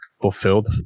fulfilled